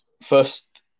first